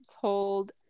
told